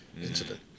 incident